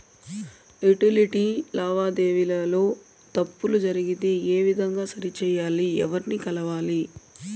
Utility లావాదేవీల లో తప్పులు జరిగితే ఏ విధంగా సరిచెయ్యాలి? ఎవర్ని కలవాలి?